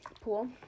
Pool